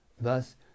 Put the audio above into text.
Thus